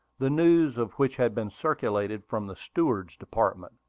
the news of which had been circulated from the steward's department.